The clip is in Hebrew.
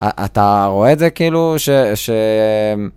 אתה רואה את זה כאילו ש.. ש...